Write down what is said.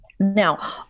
Now